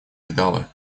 видала